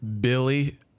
Billy